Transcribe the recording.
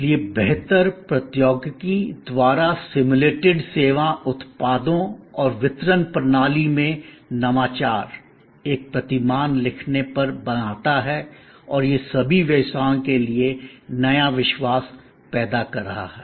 इसलिए बेहतर प्रौद्योगिकी द्वारा सिम्युलेटेड सेवा उत्पादों और वितरण प्रणाली में नवाचार एक प्रतिमान लिखने पर बनाता है और यह सभी व्यवसायों के लिए नया विश्वास पैदा कर रहा है